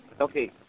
Okay